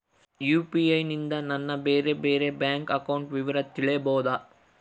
UPI ನಿಂದ ನನ್ನ ಬೇರೆ ಬೇರೆ ಬ್ಯಾಂಕ್ ಅಕೌಂಟ್ ವಿವರ ತಿಳೇಬೋದ?